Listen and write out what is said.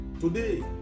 Today